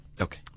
okay